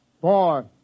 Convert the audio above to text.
four